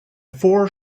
four